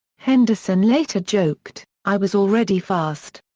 henderson later joked, i was already fast.